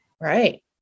Right